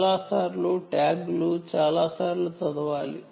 చాలా సార్లు ట్యాగ్లు చాలాసార్లు చదవాలి